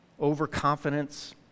overconfidence